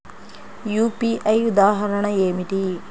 UPI ఉదాహరణ ఏమిటి?